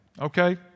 Okay